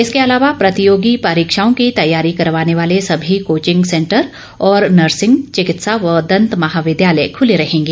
इसके अलावा प्रतियोगी परीक्षाओं की तैयारी करवाने वाले सभी कोचिंग सेंटर और नर्सिंग चिकित्सा व दंत महाविद्यालय खुले रहेंगें